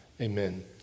Amen